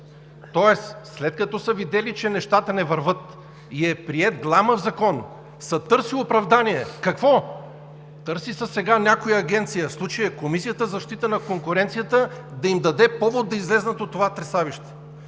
Тоест след като са видели, че нещата не вървят и е приет гламав закон, се търси оправдание. Какво? Търси се сега някоя агенция – в случая Комисията за защита на конкуренцията, да им даде повод да излязат от това тресавище.